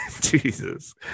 jesus